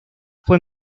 fue